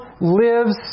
lives